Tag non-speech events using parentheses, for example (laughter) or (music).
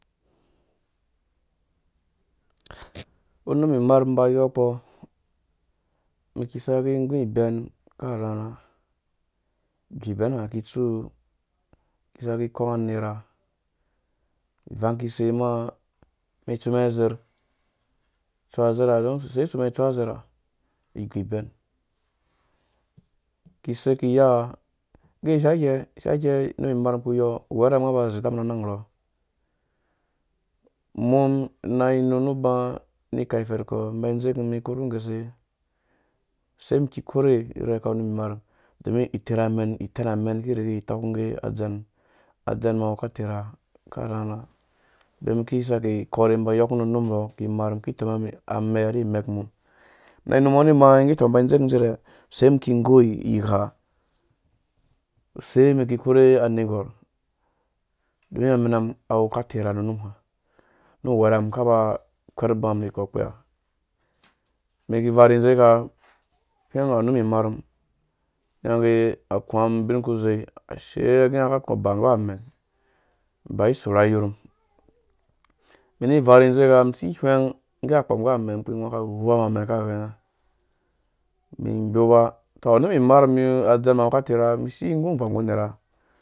(noise) unum imar mum uba oyokpɔ mum iki isaki igu ibɛn aka rharha, igu ibɛn ha ngge ikitsu isaki ikong anera aka rharha ivang ikise uma umɛn itsimɛn itsumɛn azer itsua zarha use utsu mɛn itsu azerha? Iguibɛn iki isei ni iyaa ugɛ ishaikɛ unum imarmum uku uyɔ uwɛrhamum unga aba azita mum uyɔ uwerhamum nuba ini ikai ifɛrkɔ iba idzeku ikur nggese? Use umum ikikirhe irhekut imar don iterha amɛn itɛna mɛn iki irigaya itɔkungge adzen adzen mum awu aka terha ka rharha on iki isaki ikorhe iba igokwu nu unuk urho imar mum iki itoma amɛk itoma anɛk ni imar mum umum inu umɔɔ ni ima ni ngge uto imba idzekum icere sai umum iginggoi igha use umɛn iki ikorhuwe anergwor don amɛnamum awu aka aterha ru unum ha nu uwɛr hamum akabu akwɛr uba mum nu igo ukpe ha umum (noise) iki ivaar izeka ihweng awu unum imar mum inya ngge akuwa umum ubin uku zee ashee unga age unga aka aba nggu amɛ aba isorhuwa iyormu umum ini ivaar idzeka isi ihweng ugɛ akpɔm nggu amɛ ikpurhi igu unga aka wupa mum amɛ aka ghɛnga umum igbupa utɔ nu imar mum adzen mum awu aka terha isi igum avɔm nggu unera